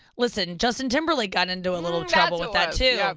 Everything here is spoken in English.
listen, justin timberlake got into a little trouble with that, too,